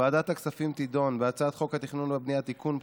ועדת הכספים תדון בהצעת חוק התכנון והבנייה (תיקון,